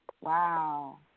Wow